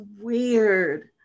weird